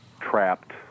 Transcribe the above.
trapped